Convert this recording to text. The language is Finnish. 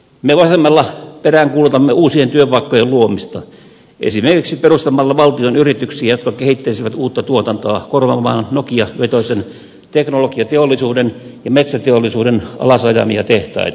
me vasemmalla peräänkuulutamme uusien työpaikkojen luomista esimerkiksi perustamalla valtion yrityksiä jotka kehittäisivät uutta tuotantoa korvaamaan nokia vetoisen teknologiateollisuuden ja metsäteollisuuden alas ajamia tehtaita